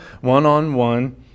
one-on-one